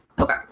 Okay